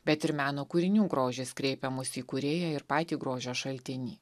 bet ir meno kūrinių grožis kreipia mus į kūrėją ir patį grožio šaltinį